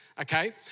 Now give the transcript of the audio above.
Okay